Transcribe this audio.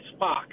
Spock